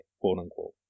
quote-unquote